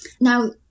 Now